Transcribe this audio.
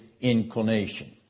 inclination